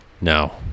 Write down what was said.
No